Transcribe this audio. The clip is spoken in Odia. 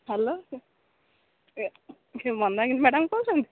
ହେଲୋ କିଏ ମନ୍ଦାକିନୀ ମ୍ୟାଡମ କହୁଛନ୍ତି